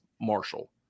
Marshall